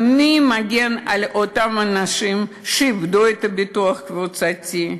מי מגן על אותם אנשים שאיבדו את הביטוח הקבוצתי?